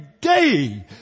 day